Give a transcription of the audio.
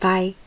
Bye